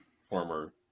former